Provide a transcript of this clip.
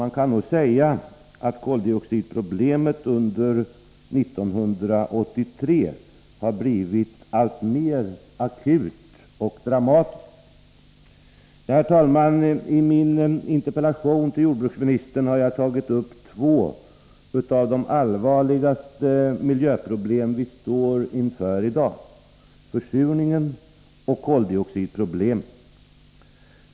Man kan nog säga att koldioxidproblemet under 1983 har blivit alltmer akut och dramatiskt. Herr talman! I min interpellation till jordbruksministern har jag tagit upp två av de allvarligaste miljöproblem som vi står inför i dag: försurningen och koldioxidproblemet.